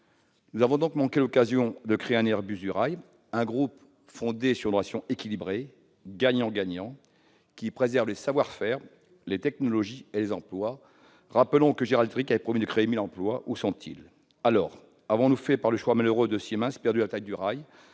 Nous avons donc manqué l'occasion de créer un Airbus du rail, un groupe fondé sur une relation équilibrée, gagnant-gagnant, qui préserve les savoir-faire, les technologies et les emplois. Rappelons que General Electric avait promis de créer 1 000 emplois. Où sont-ils ? Avons-nous donc, par le choix malheureux de Siemens, perdu la bataille du rail